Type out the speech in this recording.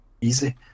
easy